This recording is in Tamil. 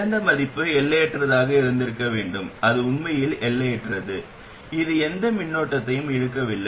சிறந்த மதிப்பு எல்லையற்றதாக இருந்திருக்க வேண்டும் அது உண்மையில் எல்லையற்றது அது எந்த மின்னோட்டத்தையும் இழுக்கவில்லை